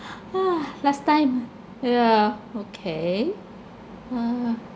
ah last time ah yeah okay ah